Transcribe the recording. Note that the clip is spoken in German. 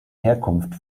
herkunft